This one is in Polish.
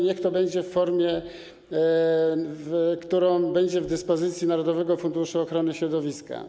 Niech to będzie w formie, która będzie w dyspozycji narodowego funduszu ochrony środowiska.